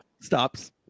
stops